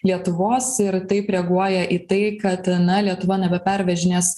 lietuvos ir taip reaguoja į tai kad na lietuva nebe pervežinės